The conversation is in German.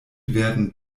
werden